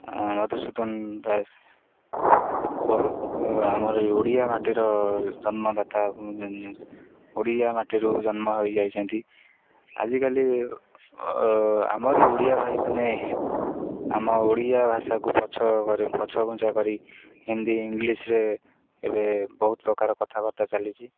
ମଧୁସୂଦନ ଦାସ ବହୁତ ଆମର ଓଡ଼ିଆ ମାଟିର ଜନ୍ମଦତା ଓଡ଼ିଆ ମାଟିରୁ ଜନ୍ମ ହୋଇଯାଇଛନ୍ତି ଆଜିକାଲି ଆମରି ଓଡ଼ିଆ ଭାଇମାନେ ଆମ ଓଡ଼ିଆ ଭାଷାକୁ ପଛ କ ପଛଘୁଞ୍ଚା କରି ହିନ୍ଦୀ ଇଂଲିଶରେ ଏବେ ବହୁତ ପ୍ରକାର କଥାବାର୍ତ୍ତା ଚାଲିଛି